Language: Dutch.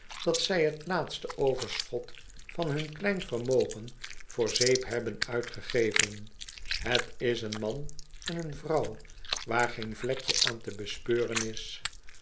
dat zij t laatste overschot van hun klein vermogen voor zeep hebben uitgegeven het is een man en eene vrouw waar geen vlekje aan te bespeuren is